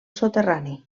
soterrani